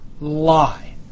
lie